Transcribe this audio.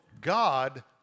God